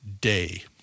day